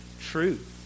truth